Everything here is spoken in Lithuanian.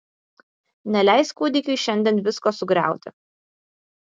neleis kūdikiui šiandien visko sugriauti